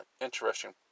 interesting